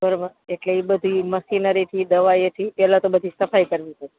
બરાબર એટલે એ બધી મશીનરીથી દવાથી પહેલાં તો બધી સાફ સફાઈ કરવી પડશે